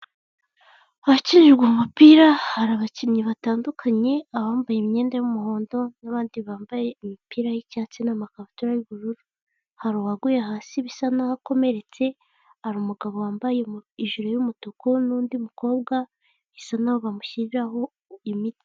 Ahakinirwa umupira hari abakinnyi batandukanye, abambaye imyenda y'umuhondo n'abandi bambaye imipira y'icyatsi n'amakabutura y'ubururu, hari uwaguye hasi bisa naho akomeretse, hari umugabo wambaye ijiri y'umutuku n'undi mukobwa bisa naho bamushyiriraho imiti.